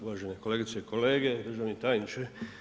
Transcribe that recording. Uvažene kolegice i kolege, državni tajniče.